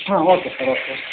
ಹಾಂ okay sir okay